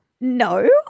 No